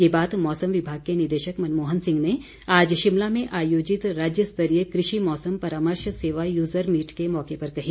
ये बात मौसम विभाग के निदेशक मनमोहन सिंह ने आज शिमला में आयोजित राज्य स्तरीय कृषि मौसम परामर्श सेवा यूजर मीट के मौके पर कही